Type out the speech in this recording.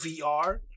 VR